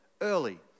early